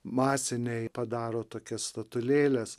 masiniai padaro tokias statulėles